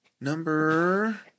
Number